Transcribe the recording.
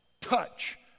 touch